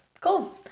Cool